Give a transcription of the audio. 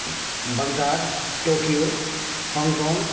Baghdad Tokyo Hong Kong